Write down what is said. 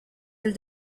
elle